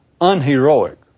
unheroic